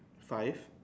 five